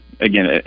again